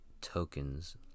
tokens